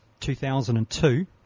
2002